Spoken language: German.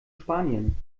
spanien